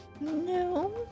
No